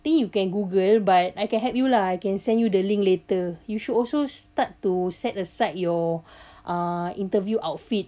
I think you can google but I can help you lah I can send you the link later you should also start to set aside your uh interview outfit